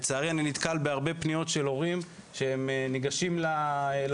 לצערי אני נתקל בהרבה פניות של הורים שניגשים למשטרה,